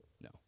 No